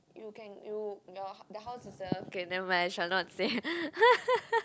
you can you your the house is the okay never mind shall not say